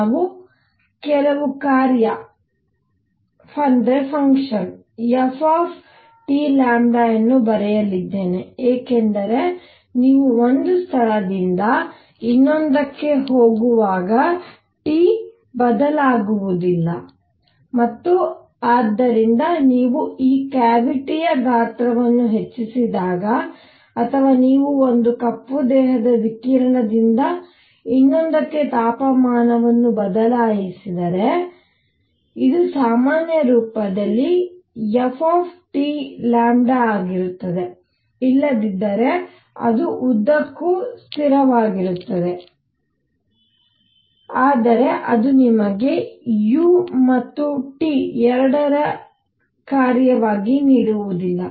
ನಾನು ಕೆಲವು ಕಾರ್ಯ f ಎಂದು ಬರೆಯಲಿದ್ದೇನೆ ಏಕೆಂದರೆ ನೀವು ಒಂದು ಸ್ಥಳದಿಂದ ಇನ್ನೊಂದಕ್ಕೆ ಹೋಗುವಾಗ t ಬದಲಾಗುವುದಿಲ್ಲ ಮತ್ತು ಆದ್ದರಿಂದ ನೀವು ಈ ಕ್ಯಾವಿಟಿಯ ಗಾತ್ರವನ್ನು ಹೆಚ್ಚಿಸಿದಾಗ ಅಥವಾ ನೀವು ಒಂದು ಕಪ್ಪು ದೇಹದ ವಿಕಿರಣದಿಂದ ಇನ್ನೊಂದಕ್ಕೆ ತಾಪಮಾನವನ್ನು ಬದಲಾಯಿಸಿದರೆ ಆದ್ದರಿಂದ ಇದು ಸಾಮಾನ್ಯ ರೂಪದಲ್ಲಿ f ಆಗಿರುತ್ತದೆ ಇಲ್ಲದಿದ್ದರೆ ಅದು ಉದ್ದಕ್ಕೂ ಸ್ಥಿರವಾಗಿರುತ್ತದೆ ಆದರೆ ಅದು ನಿಮಗೆ u ಮತ್ತು t ಎರಡರ ಕಾರ್ಯವಾಗಿ ನೀಡುವುದಿಲ್ಲ